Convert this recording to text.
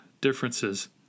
differences